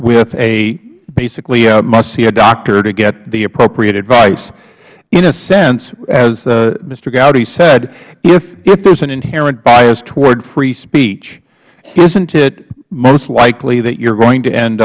with a basically a must see a doctor to get the appropriate advice in a sense as mr hgowdy said if there is an inherent bias towards free speech isn't it most likely that you're going to end